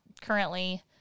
currently